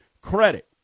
credit